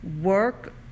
work